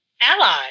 ally